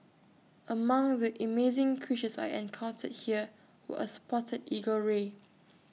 among the amazing creatures I encountered here were A spotted eagle ray